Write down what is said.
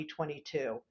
2022